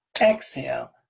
Exhale